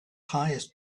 highest